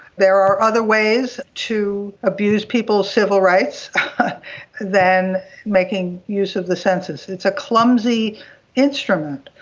there are other ways to abuse people's civil rights than making use of the census. it's a clumsy instrument.